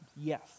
Yes